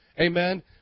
Amen